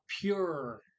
pure